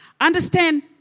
Understand